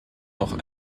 auch